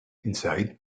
inside